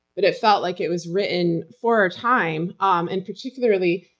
but it felt like it was written for our time. um and particularly.